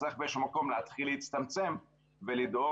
צריך באיזשהו מקום להתחיל להצטמצם ולדאוג